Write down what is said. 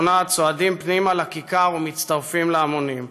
צועדים פנימה לכיכר ומצטרפים להמונים.